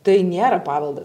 tai nėra paveldas